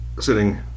sitting